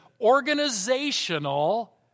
organizational